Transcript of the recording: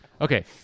Okay